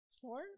Four